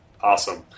awesome